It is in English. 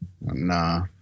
Nah